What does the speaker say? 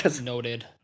noted